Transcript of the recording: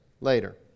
later